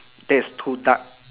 there's two duck